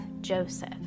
Joseph